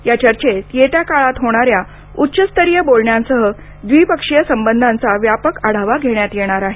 या चर्चेत येत्या काळात होणाऱ्या उच्चस्तरीय बोलण्यांसह द्विपक्षीय संबधांचा व्यापक आढावा घेण्यात येणार आहे